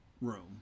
room